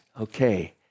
Okay